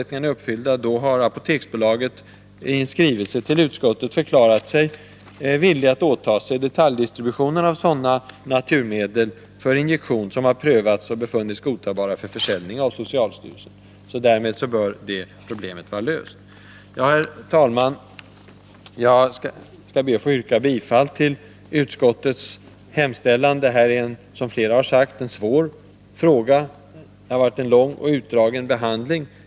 Apoteksbolaget har i en skrivelse till utskottet förklarat sig villigt att åta sig detaljdistributionen av sådana naturmedel för injektion som av socialstyrelsen har prövats och befunnits godtagbara för försäljning. Därmed bör det problemet vara löst. Herr talman! Jag ber att få yrka bifall till utskottets hemställan. Detta är, som flera har sagt, en svår fråga.